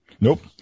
nope